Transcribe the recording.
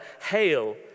Hail